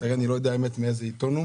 אני לא יודע מאיזה עיתון,